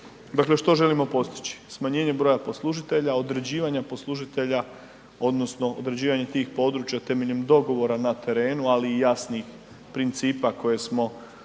Dakle, što želimo postići? Smanjenje broja poslužitelja, određivanje poslužitelja odnosno određivanje tih područja temeljem dogovora na terenu, ali i jasnih principa koje smo